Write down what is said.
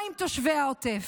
מה עם תושבי העוטף?